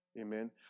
Amen